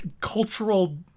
Cultural